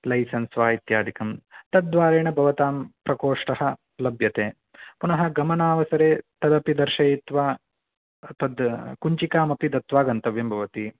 licence वा इत्यादिकं तद्वारेण भवतां प्रकोष्ठं लभ्यते पुनः गमनावसरे तदपि दर्शयित्वा तद् कुञ्चिकामपि दत्वा गन्तव्यं भवति